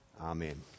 amen